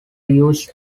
used